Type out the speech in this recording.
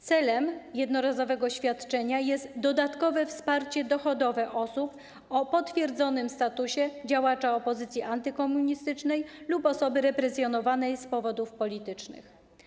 Celem jednorazowego świadczenia jest dodatkowe wsparcie dochodowe osób o potwierdzonym statusie działacza opozycji antykomunistycznej lub osoby represjonowanej z powodów politycznych.